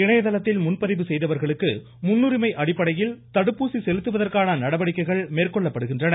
இணையதளத்தில் முன்பதிவு செய்தவர்களுக்கு முன்னுரிமை அடிப்படையில் தடுப்பூசி செலுத்துவதற்கான நடவடிக்கைகள் மேற்கொள்ளப்படுகின்றன